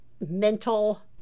mental